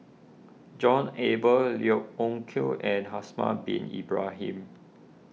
John Eber Yeo Hoe Koon and Haslir Bin Ibrahim